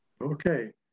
Okay